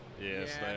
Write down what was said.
Yes